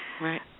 Right